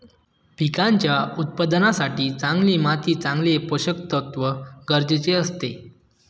पिकांच्या उत्पादनासाठी चांगली माती चांगले पोषकतत्व गरजेचे असते